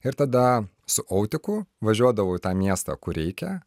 ir tada su autiku važiuodavau į tą miestą kur reikia